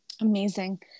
Amazing